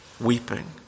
weeping